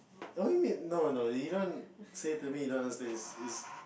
oh what you mean no no you don't say to me you don't understand is is